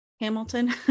Hamilton